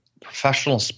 Professional